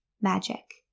magic